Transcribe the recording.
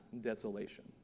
desolation